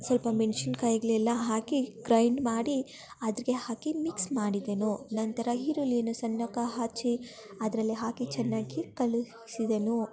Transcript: ಸ್ವಲ್ಪ ಮೆಣಸಿನಕಾಯಿಗಳೆಲ್ಲ ಹಾಕಿ ಗ್ರೈಂಡ್ ಮಾಡಿ ಅದ್ರಿಗೆ ಹಾಕಿ ಮಿಕ್ಸ್ ಮಾಡಿದೆನು ನಂತರ ಈರುಳ್ಳಿಯನ್ನು ಸಣ್ಣಕ್ಕೆ ಹೆಚ್ಚಿ ಅದರಲ್ಲಿ ಹಾಕಿ ಚೆನ್ನಾಗಿ ಕಲಸಿದೆನು